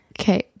Okay